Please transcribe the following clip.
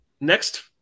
next